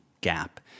gap